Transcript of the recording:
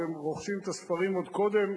והם רוכשים את הספרים עוד קודם,